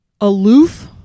aloof